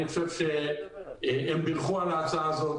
אני חושב שהם בירכו על ההצעה הזו,